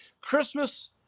Christmas